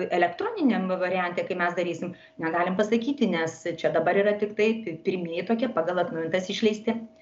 elektroniniam variante kai mes darysim negalim pasakyti nes čia dabar yra tiktai pirmieji tokie pagal atnaujintas išleisti